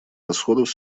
расходов